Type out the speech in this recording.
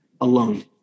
alone